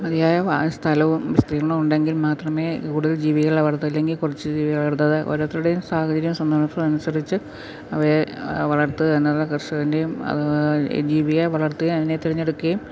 മതിയായ സ്ഥലവും വിസ്ത്തീർണവും ഉണ്ടെങ്കിൽ മാത്രമേ കൂടുതൽ ജീവികളെ വളർത്തൂ ഇല്ലെങ്കിൽ കുറച്ച് ജീവികളെ ഓരോരുത്തരുടേയും സാഹചര്യവും സന്ദർഭവും അനുസരിച്ച് അവയെ വളർത്തുക എന്നുള്ള കർഷകന്റേയും ജീവിയെ വളർത്തി അതിനെ തിരഞ്ഞെടുക്കുകയും